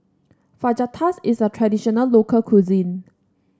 fajitas is a traditional local cuisine